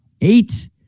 Eight